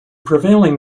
prevailing